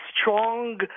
strong